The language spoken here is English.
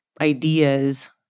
ideas